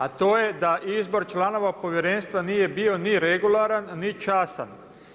A to je da izbora članova Povjerenstva nije bio ni regularan ni častan.